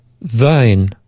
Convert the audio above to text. vain